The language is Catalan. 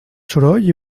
soroll